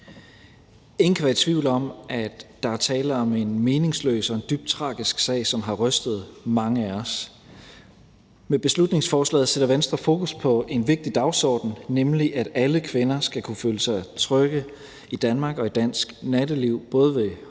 Ingen kan være i tvivl om, at der er tale om en meningsløs og en dybt tragisk sag, som har rystet mange af os. Med beslutningsforslaget sætter Venstre fokus på en vigtig dagsorden, nemlig at alle kvinder skal kunne føle sig trygge i Danmark og i dansk natteliv både ved højlys